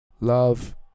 love